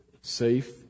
safe